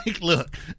look